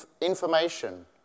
information